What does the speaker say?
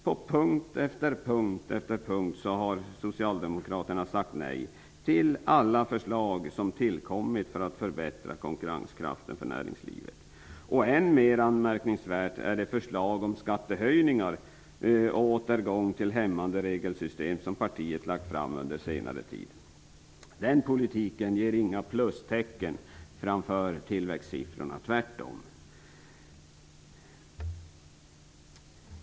På punkt efter punkt har Socialdemokraterna sagt nej till alla förslag som tillkommit för att förbättra konkurrenskraften för näringslivet. Än mer anmärkningsvärt är det förslag om skattehöjningar och återgång till hämmande regelsystem som partiet lagt fram under senare tid. Den politiken ger inga plustecken framför tillväxtsiffrorna, tvärtom.